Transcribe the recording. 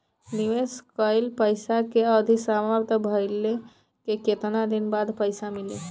निवेश कइल पइसा के अवधि समाप्त भइले के केतना दिन बाद पइसा मिली?